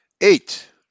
Eight